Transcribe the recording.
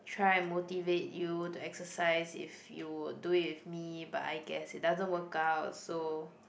try and motivate you to exercise if you would do it with me but I guess it doesn't work out so